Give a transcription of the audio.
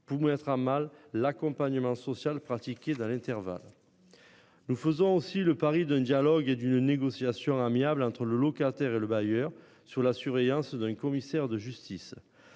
pour mettre à mal l'accompagnement social pratiqué dans l'intervalle. Nous faisons aussi le pari d'un dialogue et d'une négociation amiable entre le locataire et le bailleur sur la surveillance d'un commissaire de justice.